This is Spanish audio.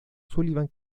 sullivan